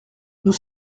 nous